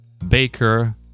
Baker